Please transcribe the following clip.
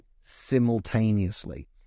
simultaneously